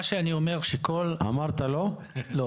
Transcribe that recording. אמרת לא